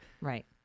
Right